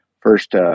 first